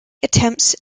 attempts